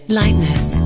lightness